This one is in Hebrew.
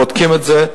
בודקים את זה.